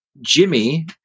Jimmy